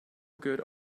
good